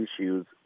issues